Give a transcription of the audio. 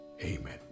Amen